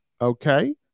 Okay